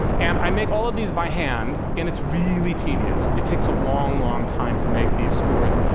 and i make all of these by hand, and it's really tedious. it takes a long, long time to make these scores,